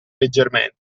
leggermente